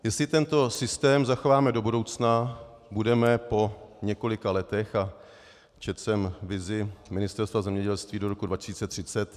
Jestli tento systém zachováme do budoucna, budeme po několika letech a četl jsem vizi Ministerstva zemědělství do roku 2030.